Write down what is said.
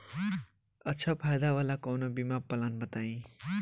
अच्छा फायदा वाला कवनो बीमा पलान बताईं?